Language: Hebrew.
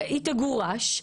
שהיא תגורש.